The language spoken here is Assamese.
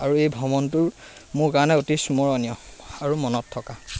আৰু এই ভ্ৰমণটোৰ মোৰ কাৰণে অতি স্মৰণীয় আৰু মনত থকা